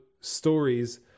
stories